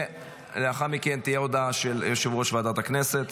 לאחר מכן תהיה הודעה של יושב-ראש הכנסת,